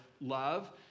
love